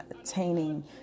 attaining